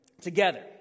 together